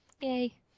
Yay